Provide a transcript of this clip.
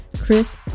Chris